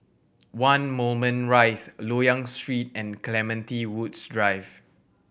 One Moulmein Rise Loyang Street and Clementi Woods Drive